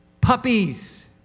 puppies